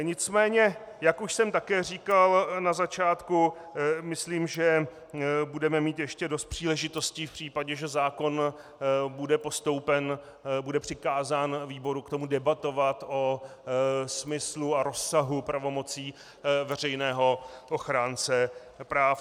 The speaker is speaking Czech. Nicméně jak už jsem také říkal na začátku, myslím, že budeme mít ještě dost příležitostí v případě, že zákon bude postoupen, bude přikázán výborům k tomu, debatovat o smyslu a rozsahu pravomocí veřejného ochránce práv.